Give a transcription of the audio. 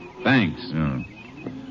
Thanks